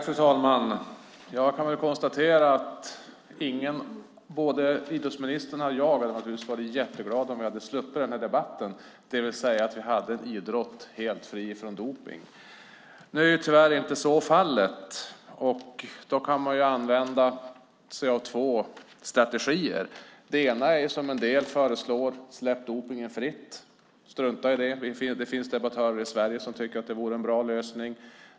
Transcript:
Fru talman! Både idrottsministern och jag hade naturligtvis varit glada om vi hade sluppit den här debatten, det vill säga att vi hade en idrott helt fri från dopning. Nu är det tyvärr inte fallet. Man kan använda sig av två strategier. Den ena är, som en del föreslår, att släppa dopningen fri. Det finns debattörer i Sverige som tycker att det vore en bra lösning.